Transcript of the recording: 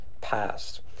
past